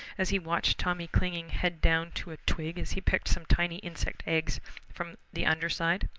as he watched tommy clinging head down to a twig as he picked some tiny insect eggs from the under side.